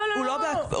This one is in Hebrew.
לא, לא.